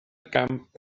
gamp